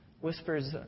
whispers